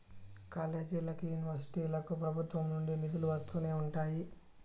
కాలేజీలకి, యూనివర్సిటీలకు ప్రభుత్వం నుండి నిధులు వస్తూనే ఉంటాయి